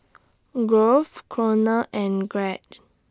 Grove Konner and Gregg